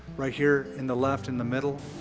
right here in the left, in the middle.